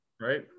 right